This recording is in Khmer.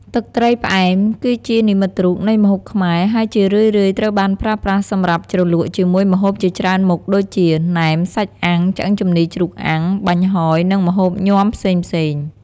ទឹកត្រីផ្អែម គឺជានិមិត្តរូបនៃម្ហូបខ្មែរ ហើយជារឿយៗត្រូវបានប្រើប្រាស់សម្រាប់ជ្រលក់ជាមួយម្ហូបជាច្រើនមុខដូចជា ណែម សាច់អាំង ឆ្អឹងជំនីរជ្រូកអាំង បាញ់ហយនិងម្ហូបញាំផ្សេងៗ។